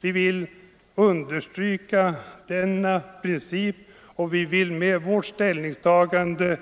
Vi vill understryka denna princip, och vi vill med vårt ställningstagande